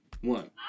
one